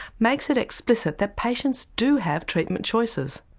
makes it explicit that patients do have treatment choices.